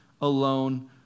alone